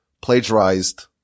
plagiarized